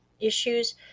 issues